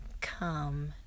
come